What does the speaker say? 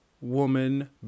woman